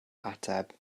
ateb